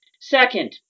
Second